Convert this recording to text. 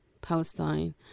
Palestine